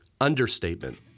understatement